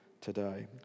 today